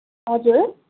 हजुर